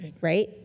Right